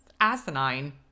Asinine